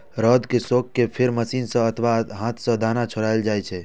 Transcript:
रौद मे सुखा कें फेर मशीन सं अथवा हाथ सं दाना छोड़ायल जाइ छै